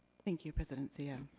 thank you, president zia.